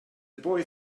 boy